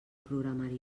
programari